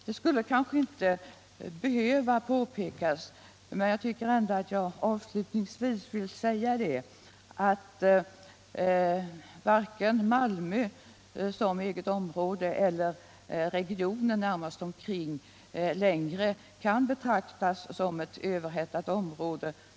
Det skulle kanske inte behöva påpekas, men jag vill ändå avslutningsvis säga att varken Malmö som eget område eller regionen närmast omkring längre kan betraktas som ett överhettat område.